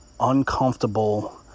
uncomfortable